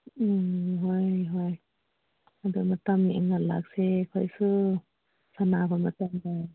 ꯎꯝ ꯍꯣꯏ ꯍꯣꯏ ꯑꯗꯨ ꯃꯇꯝ ꯌꯦꯡꯉ ꯂꯥꯛꯁꯦ ꯑꯩꯈꯣꯏꯁꯨ ꯁꯥꯟꯅꯕ ꯃꯇꯝꯗ